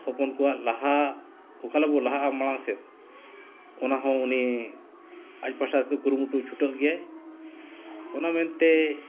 ᱦᱚᱯᱚᱱ ᱠᱚᱣᱟᱜ ᱞᱟᱦᱟ ᱚᱠᱟᱞᱮᱵᱚᱱ ᱞᱟᱦᱟᱜᱼᱟ ᱢᱟᱲᱟᱝ ᱥᱮᱫ ᱚᱱᱟ ᱦᱚᱸ ᱩᱱᱤ ᱟᱡ ᱯᱟᱦᱴᱟᱛᱮ ᱠᱩᱨᱩᱢᱩᱴᱩᱭ ᱪᱷᱩᱴᱟᱹᱜ ᱜᱮᱭᱟᱭ ᱚᱱᱟ ᱢᱮᱱᱛᱮ